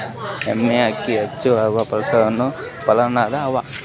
ಎಮ್ಮೆ ಅಕ್ಕಿ ಹೆಚ್ಚು ಯಾವ ಪಶುಸಂಗೋಪನಾಲಯದಾಗ ಅವಾ?